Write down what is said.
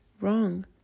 wrong